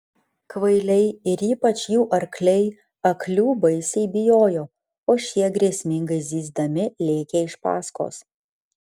kvailiai ir ypač jų arkliai aklių baisiai bijojo o šie grėsmingai zyzdami lėkė iš paskos